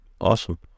Awesome